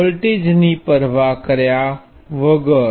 voltage ની પરવાહ કર્યા વગર